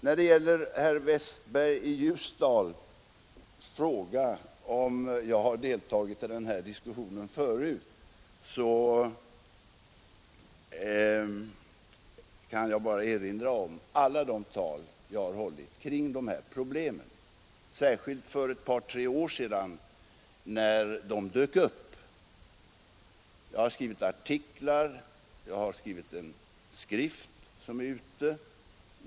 När det gäller herr Westbergs i Ljusdal fråga om jag har deltagit i den här diskussionen förut kan jag erinra om alla de tal jag har hållit kring dessa problem, särskilt för ett par tre år sedan när de dök upp. Jag har vidare skrivit artiklar och utarbetat en skrift som har sänts ut.